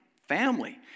family